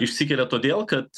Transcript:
išsikelia todėl kad